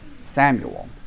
Samuel